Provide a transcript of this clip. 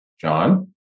john